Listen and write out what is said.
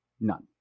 None